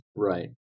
Right